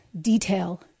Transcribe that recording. detail